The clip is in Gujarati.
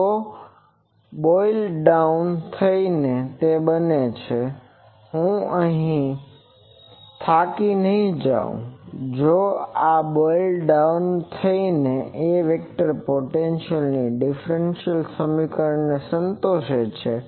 તો આ બોઈલ ડાઉન થઇ ને તે બને છે હું અન થાકી નહિ જાઉંઆ બોઈલ ડાઉન થઈને આ વેક્ટર પોટેન્સિઅલ આ ડીફ્રેન્સિઅલ સમીકરણને સંતોષે છે